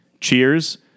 Cheers